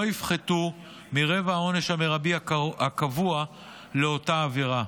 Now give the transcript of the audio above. יפחתו מרבע העונש המרבי הקבוע לאותה עבירה.